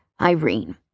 Irene